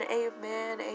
amen